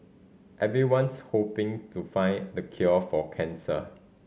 everyone's hoping to find the cure for cancer